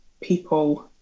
people